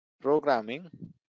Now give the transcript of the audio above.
programming